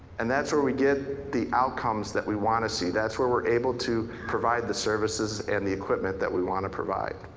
and that's where we get the outcomes that we want to see. that's where we're able to provide the services and the equipment that we want to provide.